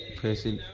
person